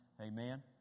Amen